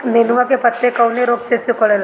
नेनुआ के पत्ते कौने रोग से सिकुड़ता?